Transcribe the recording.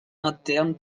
interne